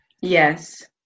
Yes